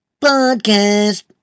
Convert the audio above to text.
podcast